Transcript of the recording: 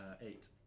eight